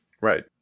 Right